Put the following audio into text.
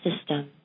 system